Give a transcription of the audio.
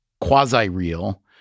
quasi-real